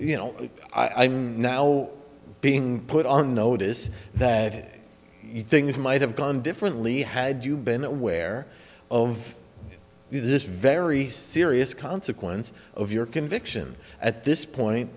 you know i'm now being put on notice that you things might have gone differently had you been aware of this very serious consequence of your conviction at this point